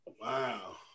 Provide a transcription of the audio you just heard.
Wow